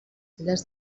files